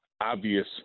obvious